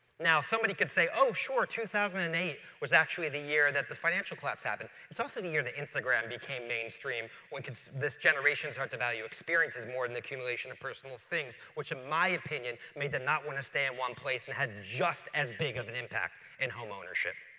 now somebody could say, oh sure, two thousand and eight was actually the year that the financial collapse happened. it's also the year that instagram became mainstream when this generation starts to value experiences more than the accumulation of personal things, which in my opinion, made them not want to stay in one place and had and just a big of an impact in home ownership.